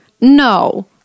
No